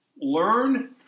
Learn